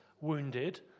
wounded